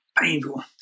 painful